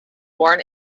born